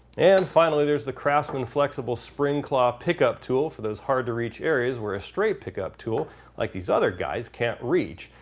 and finally there's the craftsman flexible spring claw pick up tool for those hard to reach areas where a straight pick up tool like these other guys can't reach.